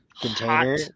container